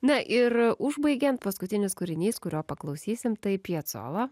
na ir užbaigiant paskutinis kūrinys kurio paklausysim tai piecova